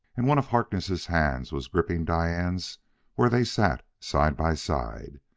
and one of harkness' hands was gripping diane's where they sat side by side.